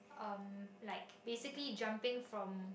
um like basically jumping from